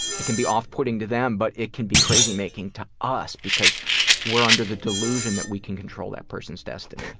it can be off-putting to them, but it can be crazy-making to us because we're under the delusion that we can control that person's destiny.